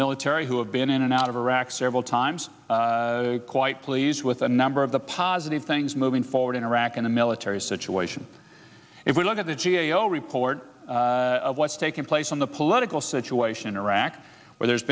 military who have been in and out of iraq several times quite pleased with a number of the positive things moving forward in iraq and the military situation if we look at the g a o report what's taking place on the political situation in iraq where there's